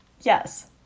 Yes